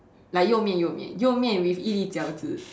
like you-mian you-mian you-mian with 一粒饺子